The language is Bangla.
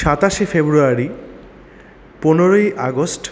সাতাশে ফেব্রুয়ারি পনেরোই আগস্ট